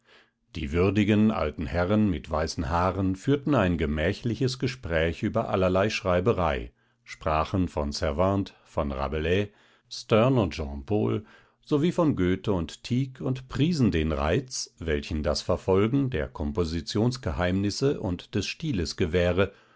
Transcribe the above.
die würdigen alten herren mit weißen haaren führten ein gemächliches gespräch über allerlei schreiberei sprachen von cervantes von rabelais sterne und jean paul sowie von goethe und tieck und priesen den reiz welchen das verfolgen der kompositionsgeheimnisse und des stiles gewähre